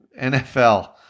NFL